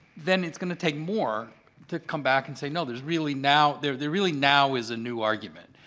then it's going to take more to come back and say, no, there's really now there there really now is a new argument.